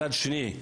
מצד שני,